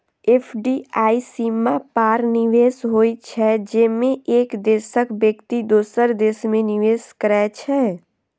FDI सीमा पार निवेश होइ छै, जेमे एक देशक व्यक्ति दोसर देश मे निवेश करै छै